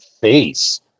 face